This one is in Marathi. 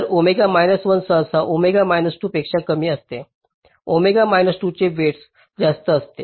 तर ओमेगा 1 सहसा ओमेगा 2 पेक्षा कमी असते ओमेगा 2 चे वेईटस जास्त असते